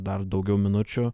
dar daugiau minučių